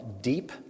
deep